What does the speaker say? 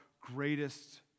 greatest